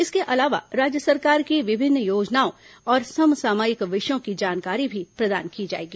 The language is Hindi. इसके अलावा राज्य सरकार की विभिन्न योजनाओं और समसामयिक विषयों की जानकारी भी प्रदान की जाएगी